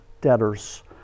debtors